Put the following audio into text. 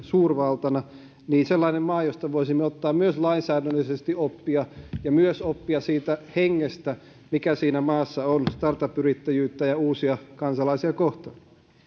yritysten suurvaltana josta me voisimme ottaa lainsäädännöllisesti oppia ja myös oppia siitä hengestä mikä siinä maassa on startup yrittäjyyttä ja uusia kansalaisia kohtaan